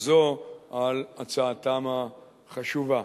זו על הצעתם החשובה.